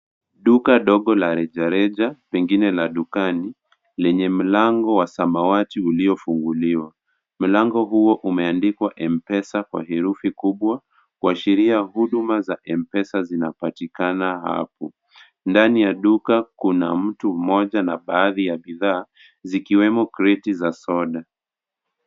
Duka dongo la rejareja pengine la dukani, lenye mlango wa samawati uliyofunguliwa, mlango huo umeandikwa M-Pesa kwa herufi kubwa, kuashiria huduma za M-Pesa zinapatikana hapo. Ndani ya duka kuna mtu moja na baadhi ya bidhaa zikiwemo kreti za soda.